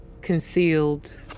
concealed